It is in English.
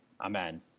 Amen